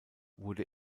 wurde